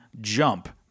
Jump